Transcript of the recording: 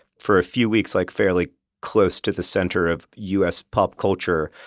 for a few weeks, like fairly close to the center of u s. pop culture.